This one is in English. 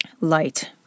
light